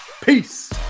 peace